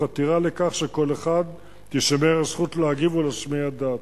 תוך חתירה לכך שלכל אחד תישמר הזכות להגיב ולהשמיע את דעתו.